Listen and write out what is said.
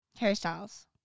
Hairstyles